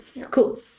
cool